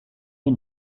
die